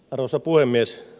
arvoisa puhemies